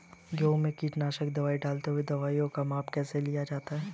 गेहूँ में कीटनाशक दवाई डालते हुऐ दवाईयों का माप कैसे लिया जाता है?